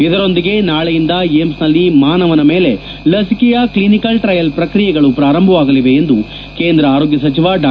ಇದರೊಂದಿಗೆ ನಾಳೆಯಿಂದ ಏಮ್ಸನಲ್ಲಿ ಮಾನವನ ಮೇಲೆ ಲಸಿಕೆಯ ಕ್ಷನಿಕಲ್ ಟ್ರಯಲ್ ಪ್ರಕ್ರಿಯೆಗಳು ಪ್ರಾರಂಭವಾಗಲಿವೆ ಎಂದು ಕೇಂದ್ರ ಆರೋಗ್ಯ ಸಚಿವ ಡಾ